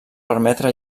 permetre